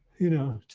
you know,